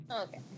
Okay